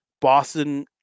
Boston